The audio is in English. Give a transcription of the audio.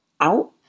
out